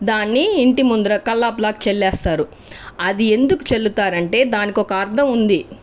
దాన్ని ఇంటిముందరా కల్లాపి లాగా చల్లివేస్తారు అది ఎందుకు చల్లుతారు అంటే దానికి ఒక అర్థం ఉంది